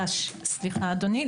סליחה, אדוני.